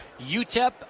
UTEP